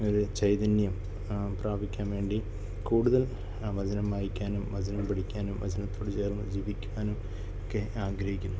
ഒരു ചൈതന്യം പ്രാപിക്കാൻ വേണ്ടി കൂടുതൽ വചനം വായിക്കാനും വചനം പഠിക്കാനും വചനത്തോട് ചേർന്നു ജീവിക്കാനും ഒക്കെ ആഗ്രഹിക്കുന്നു